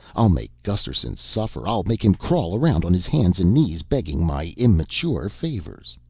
i'll make gusterson suffer. i'll make him crawl around on his hands and knees begging my immature favors.